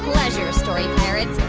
pleasure, story pirates.